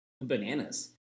bananas